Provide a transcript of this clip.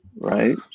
Right